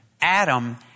Adam